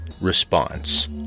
Response